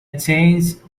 change